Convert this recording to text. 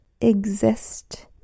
exist